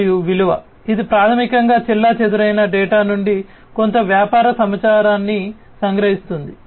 మరియు విలువ ఇది ప్రాథమికంగా చెల్లాచెదురైన డేటా నుండి కొంత వ్యాపార సమాచారాన్ని సంగ్రహిస్తుంది